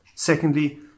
Secondly